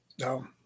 No